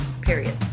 period